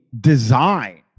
design